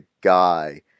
guy